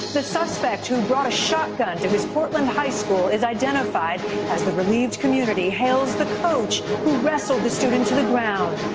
the suspect who brought a shotgun to his portland high school is identified as the relieved community hails the coach who wrestled the student to the ground.